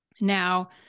now